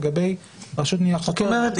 לגבי הרשות לניירות ערך -- זאת אומרת,